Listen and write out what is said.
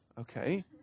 okay